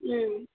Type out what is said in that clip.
ಊಂ